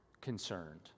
concerned